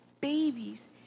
babies